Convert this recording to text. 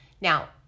Now